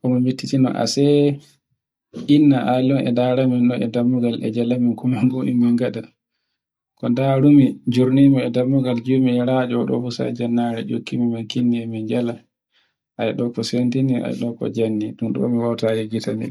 ayardu nde. asa inna Ali on e ndara min no e dammugal e jala min. ko ndarumi njurnimi dammugal nyaradoo sai jannaro ukkimin min jala. ayi ɗo ko semtini, ayi ɗo ko jalni. dun mi wawata yejjian.